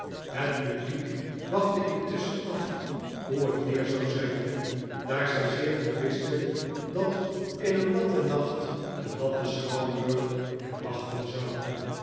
wordenhet publiek wachtte intusschen af hoe het weer zou zijn daar zij zeer goed wisten dat in een natten nacht een natten schouwburg hen wachten zou